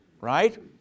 Right